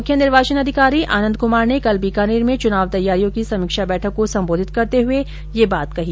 मुख्य निर्वाचन अधिकारी आनन्द कुमार ने कल बीकानेर में चुनाव तैयारियों की समीक्षा बैठक को सम्बोधित करते हुए ये बात कही